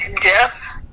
Jeff